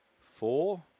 four